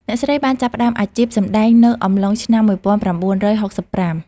អ្នកស្រីបានចាប់ផ្ដើមអាជីពសម្ដែងនៅអំឡុងឆ្នាំ១៩៦៥។